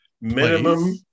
Minimum